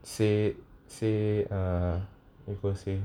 say say uh